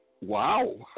Wow